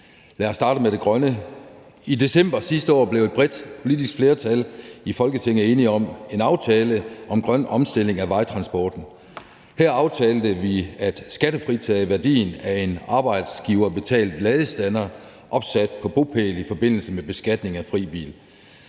Lad os starte med det grønne. I december sidste år blev et bredt politisk flertal i Folketinget enige om en aftale om grøn omstilling af vejtransporten. Her aftalte vi at skattefritage værdien af en arbejdsgiverbetalt ladestander opsat på bopælen i forbindelse med beskatning af fri bil.